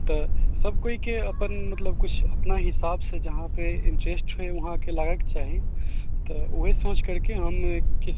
तऽ सभ कोइके अपन मतलब किछु अपना हिसाबसँ जहाँपर इंटरेस्ट हइ वहाँपर लागैके चाही तऽ वही सोच करके हम